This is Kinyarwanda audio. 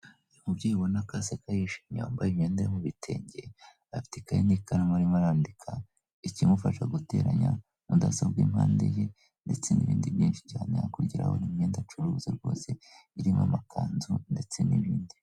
Uyu mubyeyi ubona ko aseka yishimye wambaye imyenda yo mu bitenge, afite ikayi n'ikaramu arimo arandika, ikimufasha guteranya, mudasobwa impande ye, ndetse n'ibindi byinshi cyane yakongeraho n'imyenda acuruza rwose irimo amakanzu ndetse n'ibindi.